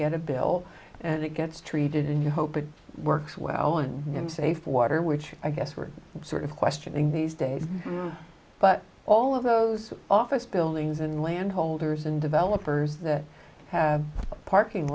get a bill and it gets treated and you hope it works well on them safe water which i guess we're sort of questioning these days but all of those office buildings and landholders and developers that have parking